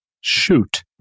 shoot